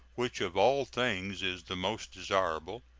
which of all things is the most desirable,